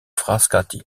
frascati